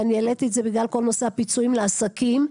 בגלל כל נושא הפיצויים לעסקים.